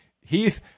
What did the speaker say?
Heath